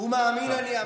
"ומאמין אני",